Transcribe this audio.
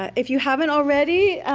if you haven't already,